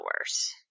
worse